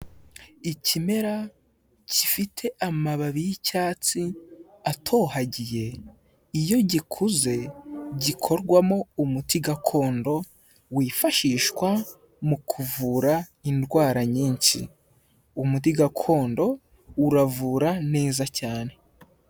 Ikimera gifite amababi y'icyatsi atohagiye, iyo gikuze gikorwamo umuti gakondo wifashishwa mu kuvura indwara nyinshi. Umuti gakondo uravura neza cyane.